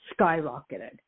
skyrocketed